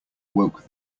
woke